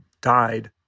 died